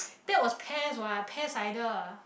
that was pears what pear cider